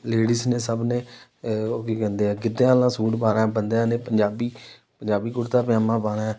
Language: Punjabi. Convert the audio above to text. ਲੇਡੀਜ਼ ਨੇ ਸਭ ਨੇ ਉਹ ਕੀ ਕਹਿੰਦੇ ਆ ਗਿੱਧੇ ਵਾਲਾ ਸੂਟ ਪਾਉਣਾ ਬੰਦਿਆਂ ਨੇ ਪੰਜਾਬੀ ਪੰਜਾਬੀ ਕੁੜਤਾ ਪਜ਼ਾਮਾ ਪਾਉਣਾ ਹੈ